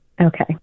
Okay